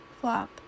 Flop